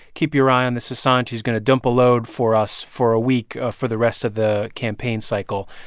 keep your eye on this assange. he's going to dump a load for us for a week ah for the rest of the campaign cycle.